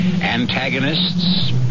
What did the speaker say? Antagonists